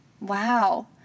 Wow